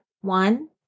one